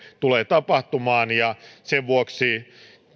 tapahtumaan ja sen vuoksi